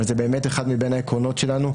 אבל זה באמת אחד מהעקרונות שלנו,